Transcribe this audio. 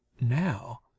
Now